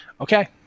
Okay